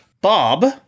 Bob